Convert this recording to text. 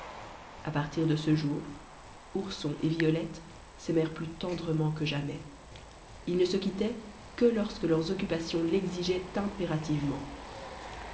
a partir de ce jour ourson et violette s'aimèrent plus tendrement que jamais ils ne se quittaient que lorsque leurs occupations l'exigeaient